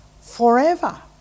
forever